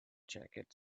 jacket